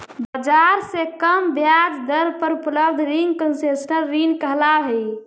बाजार से कम ब्याज दर पर उपलब्ध रिंग कंसेशनल ऋण कहलावऽ हइ